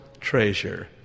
treasure